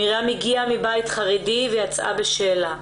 מרים הגיעה מבית חרדי ויצאה בשאלה.